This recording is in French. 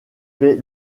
fait